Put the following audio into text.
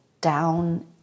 down